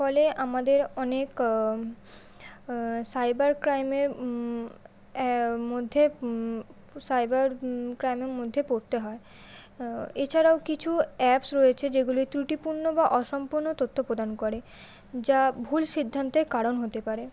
ফলে আমাদের অনেক সাইবার ক্রাইমের মধ্যে সাইবার ক্রাইমের মধ্যে পড়তে হয় এছাড়াও কিছু অ্যাপ রয়েছে যেগুলি ত্রুটিপূর্ণ বা অসম্পূর্ণ তথ্য প্রদান করে যা ভুল সিদ্ধান্তের কারণ হতে পারে